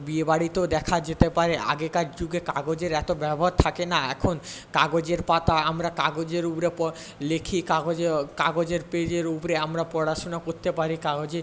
বিয়ে বাড়িতেও দেখা যেতে পারে আগেকার যুগে কাগজের এত ব্যবহার থাকে না এখন কাগজের পাতা আমরা কাগজের উপরে লিখি কাগজে কাগজের পেজের উপরে আমরা পড়াশোনা করতে পারি কাগজে